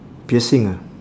piercing ah